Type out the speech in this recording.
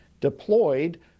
deployed